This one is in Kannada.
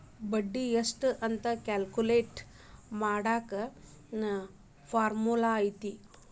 ಬಡ್ಡಿ ಎಷ್ಟ್ ಅಂತ ಕ್ಯಾಲ್ಕುಲೆಟ್ ಮಾಡಾಕ ಫಾರ್ಮುಲಾ ಐತಿ